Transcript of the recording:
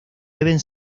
deben